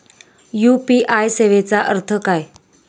UPI सेवेचा अर्थ काय?